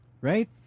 Right